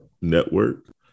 Network